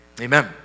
amen